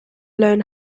learn